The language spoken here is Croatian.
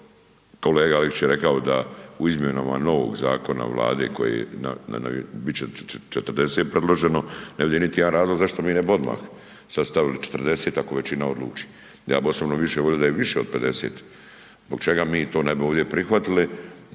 Kolega Aleksić je rekao da u izmjenama novog zakona u vladi koji je, bit će 40 predloženo, ne vidim niti jedan razlog zašto mi ne bi odmah sad stavili 40 ako većina odluči. Ja bih osobno volio da je više od 50, zbog čega mi to ovdje ne bi prihvatili.